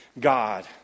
God